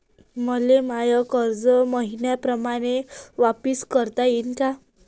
मले माय कर्ज हर मईन्याप्रमाणं वापिस करता येईन का?